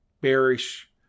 bearish